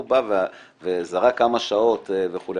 הוא בא וזרק כמה שעות וכו',